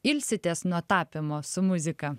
ilsitės nuo tapymo su muzika